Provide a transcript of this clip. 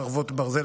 חרבות ברזל),